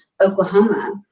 Oklahoma